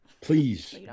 Please